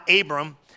Abram